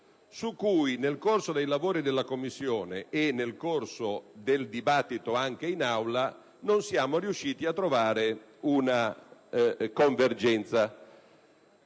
su cui, nel corso dei lavori della Commissione e del dibattito in Aula, non siamo riusciti a trovare una convergenza.